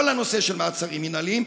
כל הנושא של מעצרים מינהליים,